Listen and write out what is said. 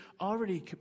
already